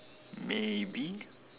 maybe